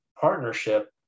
partnership